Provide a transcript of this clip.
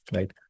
Right